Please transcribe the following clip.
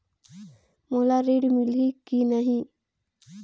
मोला ऋण मिलही की नहीं?